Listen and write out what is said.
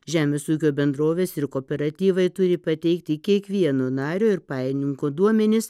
žemės ūkio bendrovės ir kooperatyvai turi pateikti kiekvieno nario ir pajininko duomenis